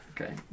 Okay